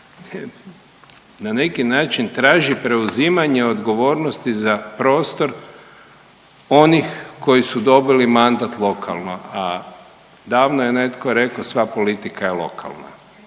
na neki način traži preuzimanje odgovornosti za prostor onih koji su dobili mandat lokalno, a davno je netko rekao sva politika lokalna.